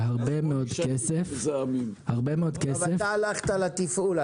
הרבה מאוד כסף --- אתה הלכת לתפעול,